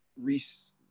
Reese